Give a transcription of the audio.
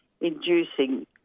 inducing